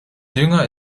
jünger